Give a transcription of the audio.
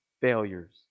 failures